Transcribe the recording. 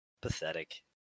Pathetic